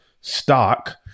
stock